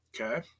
Okay